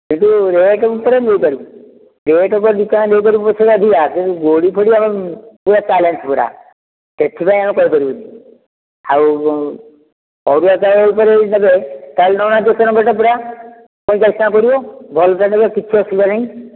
କିନ୍ତୁ ରେଟ୍ ଅନୁସାରରେ ମିଳି ପାରିବନି ରେଟ୍ ଉପରେ ଦୁଇ ଟଙ୍କା ଦେଇପାରିବୁ ପଛେ ଅଧିକା କିନ୍ତୁ ଗୋଡ଼ି ଫୋଡ଼ି ଆମେ ପୁରା ଚାଲେଞ୍ଜ ପୁରା ସେଥିପାଇଁ ଆଉ କହି ପାରିବୁନି ଆଉ ଅରୁଆ ଚାଉଳ ଉପରେ ସେ ହିସାବରେ ଚାଳିଶ ଟଙ୍କା ଯେତେ ପିଛା ଗ୍ରାମ ପଇଁଚାଳିଶ ଟଙ୍କା ପଡ଼ିବ ଭଲଟା ନେବେ କିଛି ଅସୁବିଧା ନାହିଁ